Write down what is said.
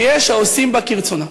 שיש העושים בה כרצונם.